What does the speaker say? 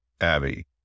Abby